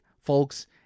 folks